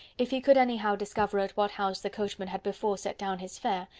if he could anyhow discover at what house the coachman had before set down his fare,